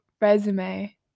resume